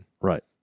Right